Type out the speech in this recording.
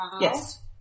Yes